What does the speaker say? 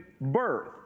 birth